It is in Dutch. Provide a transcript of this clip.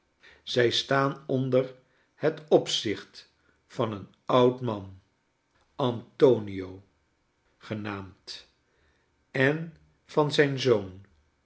zij staan onder het opzicht van een oud man antonio genaamd en van zijn zoon